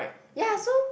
ya so